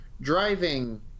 driving